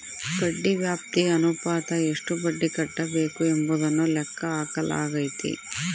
ಬಡ್ಡಿ ವ್ಯಾಪ್ತಿ ಅನುಪಾತ ಎಷ್ಟು ಬಡ್ಡಿ ಕಟ್ಟಬೇಕು ಎಂಬುದನ್ನು ಲೆಕ್ಕ ಹಾಕಲಾಗೈತಿ